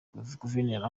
guverineri